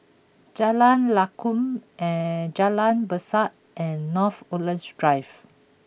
Jalan Lakum Jalan Berseh and North Woodlands Drive